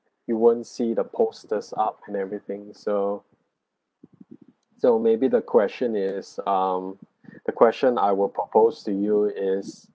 you won't see the posters up and everything so so maybe the question is um the question I will propose to you is